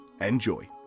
Enjoy